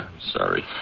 sorry